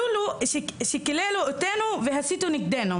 שקיללו אותנו והסיתו נגדנו.